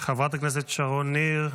חברת הכנסת שרון ניר,